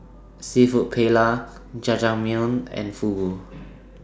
Seafood Paella Jajangmyeon and Fugu